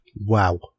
wow